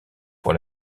pour